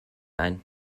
ein